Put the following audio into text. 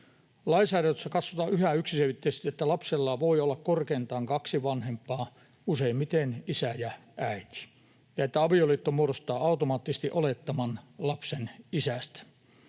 Lainsäädännössä katsotaan yhä yksiselitteisesti, että lapsella voi olla korkeintaan kaksi vanhempaa, useimmiten isä ja äiti, ja että avioliitto muodostaa automaattisesti olettaman lapsen isästä.